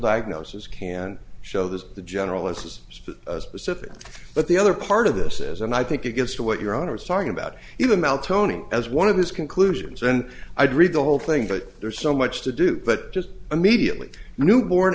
diagnosis can show that the general has spent specific but the other part of this is and i think it gets to what your honor was talking about even now tony as one of his conclusions then i'd read the whole thing but there's so much to do but just immediately newborn